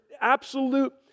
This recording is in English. absolute